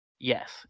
yes